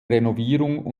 renovierung